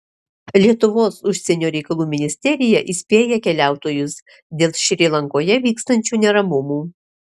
lietuvos užsienio reikalų ministerija įspėja keliautojus dėl šri lankoje vykstančių neramumų